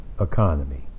economy